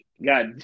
God